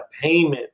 payment